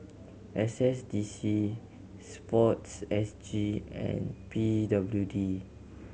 S S D C Sports S G and P W D